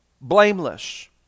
blameless